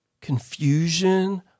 confusion